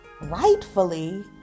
rightfully